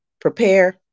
prepare